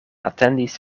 atendis